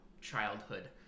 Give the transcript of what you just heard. childhood